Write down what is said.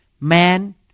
man